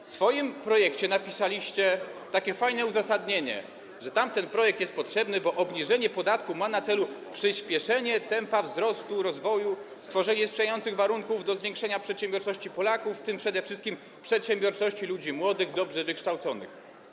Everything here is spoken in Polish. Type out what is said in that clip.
W swoim projekcie napisaliście takie fajne uzasadnienie, że tamten projekt jest potrzebny, bo obniżenie podatku ma na celu przyspieszenie tempa wzrostu rozwoju, stworzenie sprzyjających warunków do zwiększenia przedsiębiorczości Polaków, w tym przede wszystkim przedsiębiorczości ludzi młodych, dobrze wykształconych.